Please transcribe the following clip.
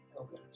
Okay